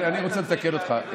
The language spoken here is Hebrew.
אני רוצה לתקן אותך.